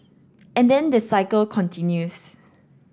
and then the cycle continues